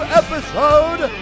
episode